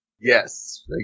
Yes